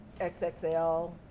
XXL